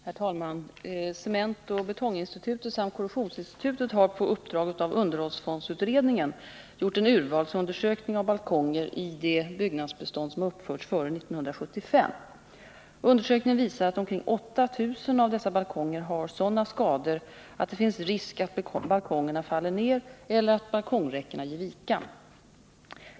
Herr talman! Cementoch Betonginstitutet samt Korrosionsinstitutet har, på uppdrag av underhållsfondsutredningen, gjort en urvalsundersökning av balkonger i det byggnadsbestånd som har uppförts före år 1965. Undersökningen visar att omkring 8 000 av dessa balkonger har sådana skador att det finns risk att balkongerna faller ned eller att balkongräckena ger vika.